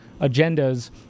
agendas